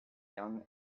young